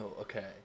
okay